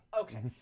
Okay